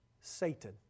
Satan